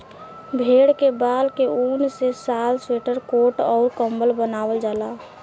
भेड़ के बाल के ऊन से शाल स्वेटर कोट अउर कम्बल बनवाल जाला